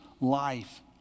life